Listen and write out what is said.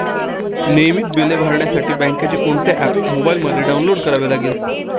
नियमित बिले भरण्यासाठी बँकेचे कोणते ऍप मोबाइलमध्ये डाऊनलोड करावे लागेल?